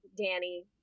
danny